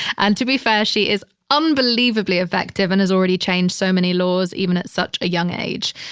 and to be fair, she is unbelievably effective and has already changed so many laws even at such a young age.